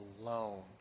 alone